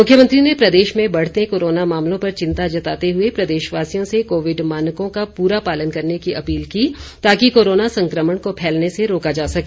मुख्यमंत्री ने प्रदेश में बढ़ते कोरोना मामलों पर चिंता जताते हुए प्रदेशवासियों से कोविड मानकों का पूरा पालन करने की अपील की ताकि कोरोना संक्रमण को फैलने से रोका जा सके